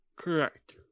correct